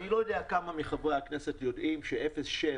אני לא יודע כמה מחברי הכנסת יודעים ש-0.7,